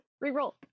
Re-roll